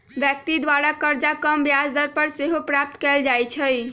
व्यक्ति द्वारा करजा कम ब्याज दर पर सेहो प्राप्त कएल जा सकइ छै